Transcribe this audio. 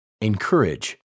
Encourage